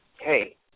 hey